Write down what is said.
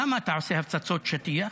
למה אתה עושה הפצצות שטיח?